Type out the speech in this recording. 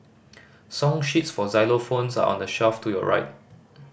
song sheets for xylophones are on the shelf to your right